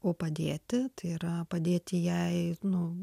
o padėti tai yra padėti jai nu